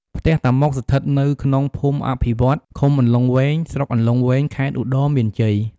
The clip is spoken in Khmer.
ផ្ទះតាម៉ុក ស្ថិតនៅក្នុងភូមិអភិវឌ្ឍន៍ ឃុំអន្លង់វែង ស្រុកអន្លង់វែង ខេត្តឧត្តរមានជ័យ។